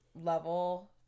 level